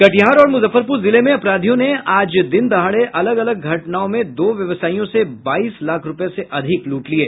कटिहार और मुजफ्फरपुर जिले में अपराधियों ने आज दिन दहाड़े अलग अलग घटनाओं में दो व्यवसायियों से बाईस लाख रूपये से अधिक लूट लिये